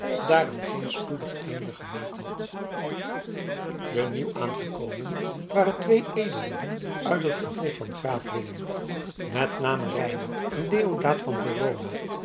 daaraan geen spoedig einde gemaakt had de nieuwaangekomenen waren twee edellieden uit het gevolg van graaf willem met name reinout en deodaat van verona